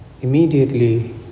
immediately